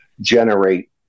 generate